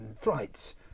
flights